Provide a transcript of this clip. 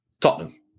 Tottenham